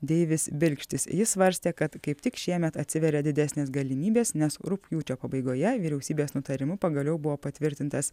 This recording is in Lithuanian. deivis bilkštis jis svarstė kad kaip tik šiemet atsiveria didesnės galimybės nes rugpjūčio pabaigoje vyriausybės nutarimu pagaliau buvo patvirtintas